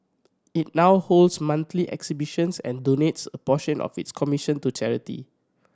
it now holds monthly exhibitions and donates a portion of its commission to charity